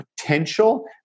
potential